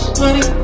money